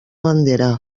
bandera